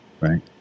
Right